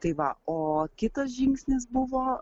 tai va o kitas žingsnis buvo